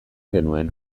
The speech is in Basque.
genuen